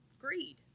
Greed